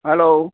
hello